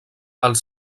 els